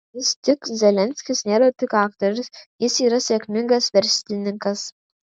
vis tik zelenskis nėra tik aktorius jis yra sėkmingas verslininkas